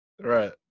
Right